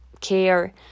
care